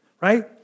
right